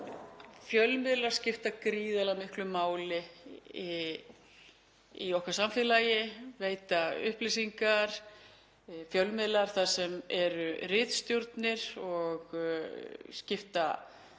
Fjölmiðlar skipta gríðarlega miklu máli í okkar samfélagi, veita upplýsingar, fjölmiðlar þar sem eru ritstjórnir skipta miklu